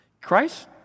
Christ